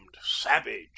savage